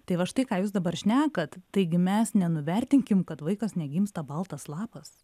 tai va štai ką jūs dabar šnekat taigi mes nenuvertinkim kad vaikas negimsta baltas lapas